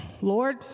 Lord